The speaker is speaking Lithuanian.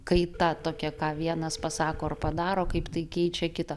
kaita tokia ką vienas pasako ar padaro kaip tai keičia kitą